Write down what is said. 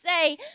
say